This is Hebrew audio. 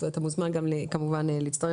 אתה מוזמן גם כמובן להצטרף.